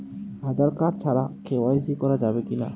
Aadhaar card ছাড়া KYC করা যাবে কি না?